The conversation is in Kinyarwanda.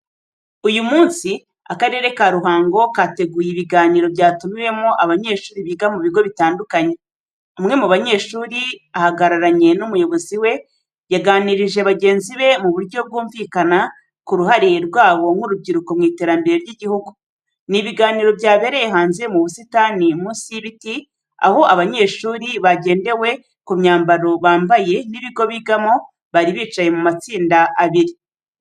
Uyu munsi, Akarere ka Ruhango kateguye ibiganiro byatumiwemo abanyeshuri biga mu bigo bitandukanye. Umwe mu banyeshuri ahagararanye n'umuyobozi we, yaganirije bagenzi be mu buryo bwumvikana, ku ruhare rwabo nk'urubyiruko mu iterambere ry'igihugu. Ni ibiganiro byabereye hanze mu busitani munsi y'ibiti, aho abanyeshuri hagendewe ku myambaro bambaye n'ibigo bigamo, bari bicaye mu matsinda abiri.